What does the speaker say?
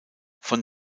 von